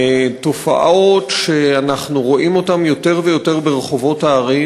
תופעות שאנחנו רואים יותר ויותר ברחובות הערים.